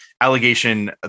allegation